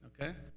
okay